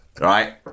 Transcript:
right